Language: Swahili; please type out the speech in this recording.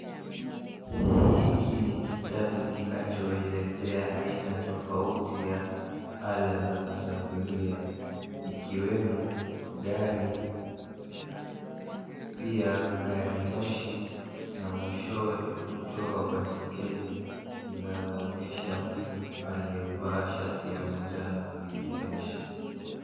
Hiki ni kitabu kinachoelezea aina tofauti ya ala ya kusafiria ikiwemo gari pia gari moshi na mwishowe kuchorwa baiskeli inayoonyesha mtu aliyevaa shati ya manjano kuiendesha.